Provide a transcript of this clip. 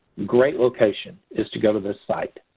great location is to go to this site.